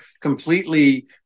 completely